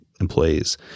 employees